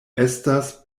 estas